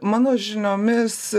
mano žiniomis